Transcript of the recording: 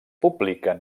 publiquen